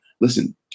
Listen